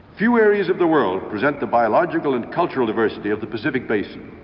few areas of the world present the biological and cultural diversity of the pacific basin.